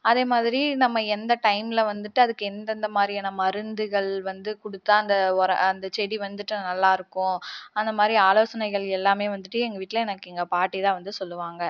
அதேமாதிரி நம்ம எந்த டைம்ல வந்துட்டு அதுக்கு எந்தெந்த மாதிரியான மருந்துகள் வந்து கொடுத்தா அந்த உர அந்த செடி வந்துட்டு நல்லா இருக்கும் அந்த மாதிரி ஆலோசனைகள் எல்லாமே வந்துட்டு எங்கள் வீட்டில எனக்கு பாட்டிதான் சொல்லுவாங்கள்